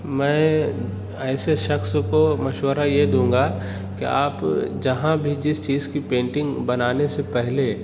میں ایسے شخص کو مشورہ یہ دوں گا کہ آپ جہاں بھی جس چیز کی پینٹنگ بنانے سے پہلے